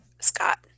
Scott